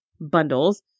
bundles